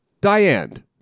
Diane